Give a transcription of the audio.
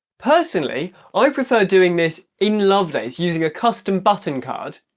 personally i prefer doing this in lovelace using a custom button card,